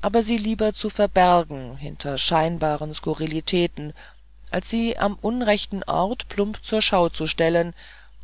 aber sie lieber zu verbergen hinter scheinbaren skurrilitäten als sie am unrechten ort plump zur schau zu stellen